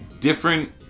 different